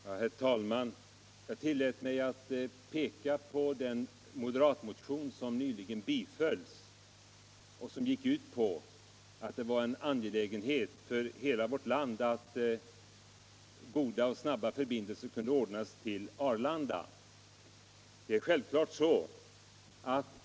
Herr talman! Jag tillät mig att peka på den moderatmotion som nyligen bifölls och som gick ut på att det var en angelägenhet för hela vårt land att goda och snabba förbindelser kunde ordnas från Stockholm till Arlanda.